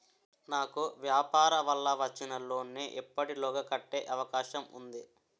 నాకు వ్యాపార వల్ల వచ్చిన లోన్ నీ ఎప్పటిలోగా కట్టే అవకాశం ఉంది?